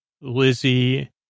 Lizzie